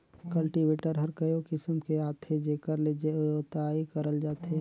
cultivator हर कयो किसम के आथे जेकर ले जोतई करल जाथे